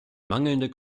mangelnde